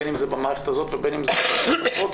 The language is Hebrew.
בין אם זה במערכת הזאת ובין אם זה במערכות אחרות,